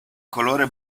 colore